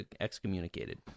excommunicated